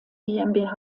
gmbh